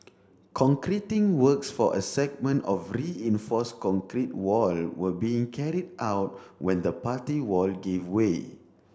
concreting works for a segment of reinforce concrete wall were being carry out when the party wall gave way